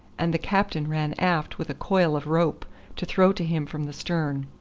and the captain ran aft with a coil of rope to throw to him from the stern.